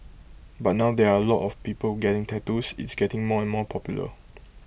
but now there are A lot of people getting tattoos it's getting more and more popular